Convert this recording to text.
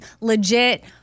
legit